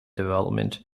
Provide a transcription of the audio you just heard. development